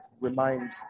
remind